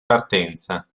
partenza